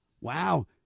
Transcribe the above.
Wow